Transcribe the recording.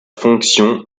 fonction